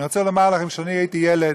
אני רוצה לומר לכם, כשאני הייתי ילד,